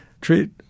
treat